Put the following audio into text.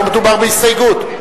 לא מדובר בהסתייגות.